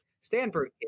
Stanford